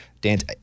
dance